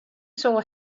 saw